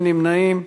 אין נמנעים.